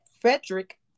Frederick